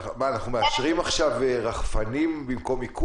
מה, אנחנו מאשרים עכשיו רחפנים במקום איכון?